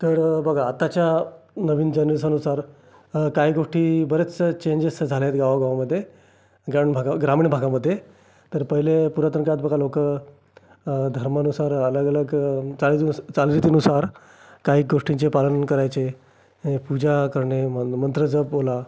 तर बघा आताच्या नवीन जन सा नुसार अ काही गोष्टी बरेचसे चेंजेस झाले आहेत गावागावामध्ये ग्रामीण भागा ग्रामीण भागामध्ये तर पहिले पुरातन काळात बघा लोक धर्मानुसार अलगअलग चालू दिवस चालू रीतीनुसार काही गोष्टींचे पालन करायचे पूजा करणे म मंत्र जप बोला